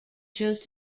chose